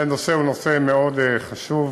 אכן הנושא הוא נושא מאוד חשוב.